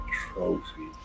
trophy